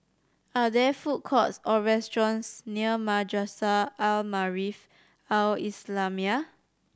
are there food courts or restaurants near Madrasah Al Maarif Al Islamiah